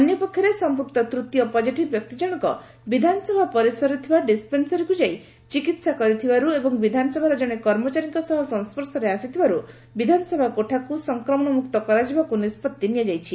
ଅନ୍ୟପକ୍ଷରେ ସମ୍ମୁକ୍ତ ତୂତୀୟ ପଜିଟିଭ୍ ବ୍ୟକ୍ତି ଜଶକ ବିଧାନସଭା ପରିସରରେ ଥିବା ଡିସ୍ପେନ୍ସରୀକୁ ଯାଇ ଚିକିହା କରିଥିବାରୁ ଏବଂ ବିଧାନସଭାର ଜଣେ କର୍ମଚାରୀଙ୍କ ସହ ସଂସ୍ୱର୍ଶରେ ଆସିଥିବାରୁ ବିଧାନସଭା କୋଠାକୁ ସଂକ୍ରମଣମୁକ୍ତ କରାଯିବାକୁ ନିଷ୍ବତ୍ତି ନିଆଯାଇଛି